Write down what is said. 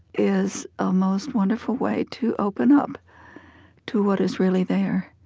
is a most wonderful way to open up to what is really there.